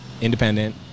independent